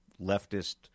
leftist –